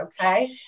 okay